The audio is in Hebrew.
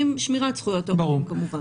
עם שמירת זכויות העובדים כמובן.